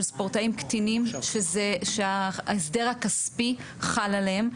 ספורטאים קטינים שההסדר הכספי חל עליהם,